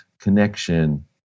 connection